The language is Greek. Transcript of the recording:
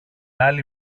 άλλη